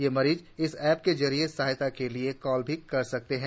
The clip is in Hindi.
ये मरीज इस एप के जरिये सहायता के लिए कॉल भी कर सकते हैं